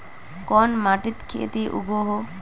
कोन माटित खेती उगोहो?